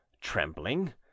trembling